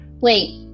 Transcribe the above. Wait